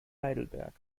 heidelberg